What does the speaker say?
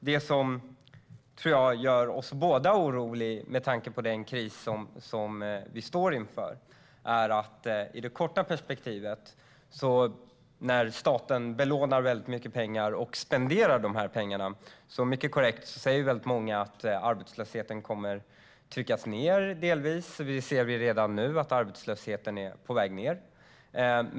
Det som jag tror gör oss båda oroliga med tanke på den kris som vi står inför är det korta perspektivet, när staten lånar mycket pengar och spenderar dem. Då säger många helt korrekt att arbetslösheten delvis kommer att tryckas ned. Vi ser redan nu att arbetslösheten är på väg ned.